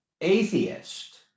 atheist